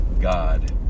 God